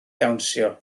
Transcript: dawnsio